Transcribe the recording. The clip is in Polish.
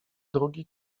drugi